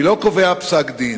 אני לא קובע פסק-דין.